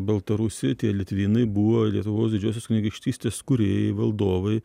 baltarusijoj tie litvinai buvo lietuvos didžiosios kunigaikštystės kūrėjai valdovai